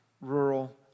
rural